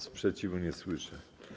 Sprzeciwu nie słyszę.